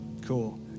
cool